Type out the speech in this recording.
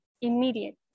immediate